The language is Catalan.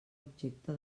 objecte